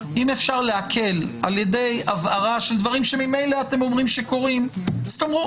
אם אפשר להקל על ידי הבהרה של דברים שממילא אתם אומרים שקורים תאמרו